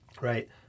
Right